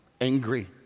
angry